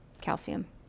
Calcium